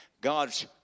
God's